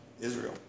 Israel